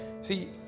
See